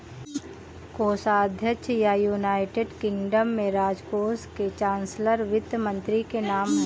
कोषाध्यक्ष या, United Kingdom में, राजकोष के चांसलर वित्त मंत्री के नाम है